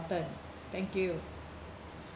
turn thank you